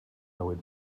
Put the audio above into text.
bywyd